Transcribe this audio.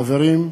לחברים,